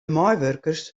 meiwurkers